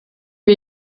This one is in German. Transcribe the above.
wir